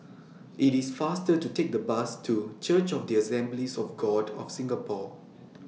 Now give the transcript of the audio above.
IT IS faster to Take The Bus to Church of The Assemblies of God of Singapore